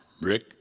Rick